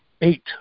eight